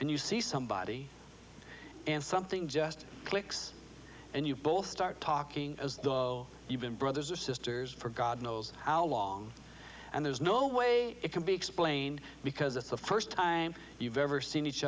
and you see somebody and something just clicks and you both start talking as though you've been brothers or sisters for god knows how long and there's no way it can be explained because it's the first time you've ever seen each